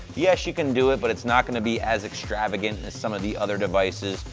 yes, you can do it, but it's not going to be as extravagant as some of the other devices.